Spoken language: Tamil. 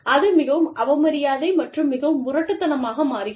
அது மிகவும் அவமரியாதை மற்றும் மிகவும் முரட்டுத்தனமாக மாறுகிறது